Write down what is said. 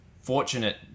fortunate